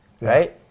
right